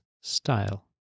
style